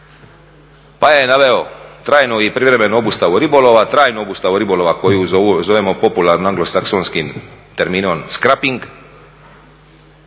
Pa je naveo trajnu i privremenu obustavu ribolova, trajnu obustavu ribolova koju zovemo popularno anglosaksonskim terminom, scraping,